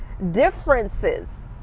differences